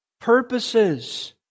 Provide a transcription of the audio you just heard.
purposes